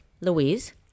Louise